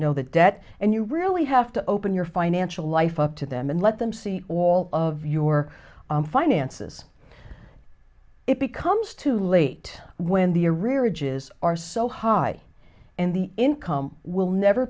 know the debt and you really have to open your financial life up to them and let them see all of your finances it becomes too late when the arrearages are so high and the income will never